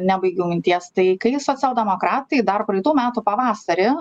nebaigiau minties tai kai socialdemokratai dar praeitų metų pavasarį